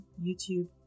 YouTube